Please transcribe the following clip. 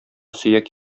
сөяк